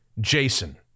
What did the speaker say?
Jason